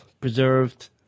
preserved